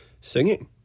singing